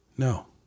No